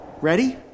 Ready